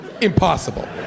impossible